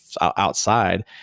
outside